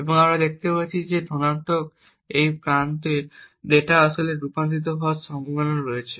এবং আমরা দেখতে পাচ্ছি যে শুধুমাত্র এই ধনাত্মক প্রান্তে ডেটা আসলে রূপান্তরিত হওয়ার সম্ভাবনা রয়েছে